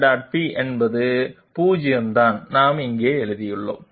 p என்பது 0 தான் நாம் இங்கே எழுதியுள்ளோம்